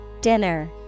Dinner